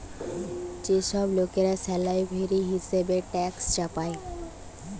যে সব লোকরা স্ল্যাভেরি হিসেবে ট্যাক্স চাপায়